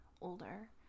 older